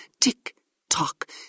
tick-tock